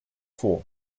vor